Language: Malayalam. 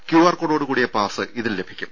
ക്യു ആർ കോഡോടുകൂടിയ പാസ്സ് ഇതിൽ ലഭിക്കും